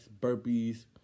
burpees